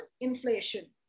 inflation